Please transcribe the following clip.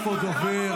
לא פה, לא פה.